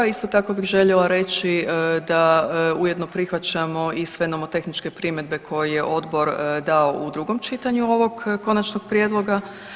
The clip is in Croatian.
Isto tako bih željela reži da ujedno prihvaćamo i sve nomotehničke primjedbe koje je odbor dao u drugom čitanju ovog konačnog prijedloga.